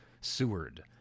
Seward